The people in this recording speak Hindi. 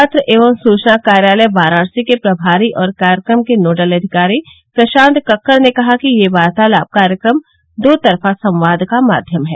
पत्र एवं सूचना कार्यालय वाराणसी के प्रभारी और कार्यक्रम के नोडल अधिकारी प्रशान्त कक्कड़ ने कहा कि यह वार्तालाप कार्यक्रम दो तरफा संवाद का माध्यम है